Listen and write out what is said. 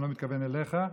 אני לא מתכוון אליך,